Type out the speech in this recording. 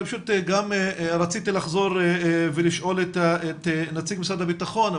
אני פשוט גם רציתי לחזור ולשאול את נציג משרד הביטחון,